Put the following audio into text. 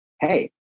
hey